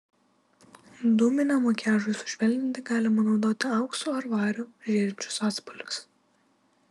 dūminiam makiažui sušvelninti galima naudoti auksu ar variu žėrinčius atspalvius